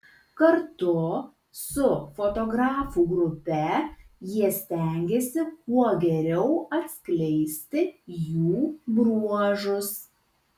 kartu su fotografų grupe jie stengėsi kuo geriau atskleisti jų bruožus